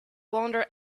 wander